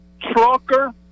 Trucker